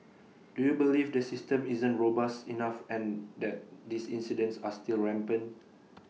do you believe the system isn't robust enough and that these incidents are still rampant